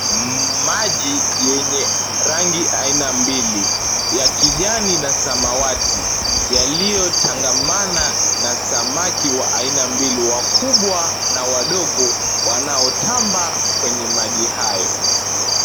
Maji yenye rangi aina mbili, ya kijani na samawati. Yaliyotangamana na samaki wa aina mbili, wakubwa na wadogo, wanaotamba kwenye maji hayo.